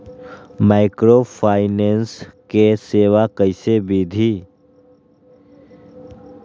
Microfinance के सेवा कइसे विधि?